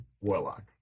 Warlock